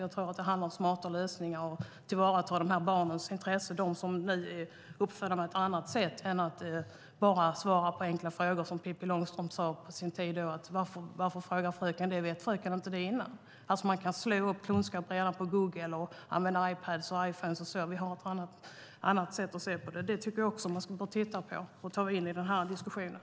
Jag tror att det handlar om smarta lösningar och att tillvarata barnens intressen, de som är uppfödda med ett annat sätt än att bara svara på enkla frågor. Som Pippi Långstrump sade på sin tid: Varför frågar fröken detta? Vet inte fröken det? Man kan hitta kunskaper på Google, använda Ipads och Iphones. Vi har ett annat sätt att se på det. Det tycker jag också att man ska titta på och ta in i den här diskussionen.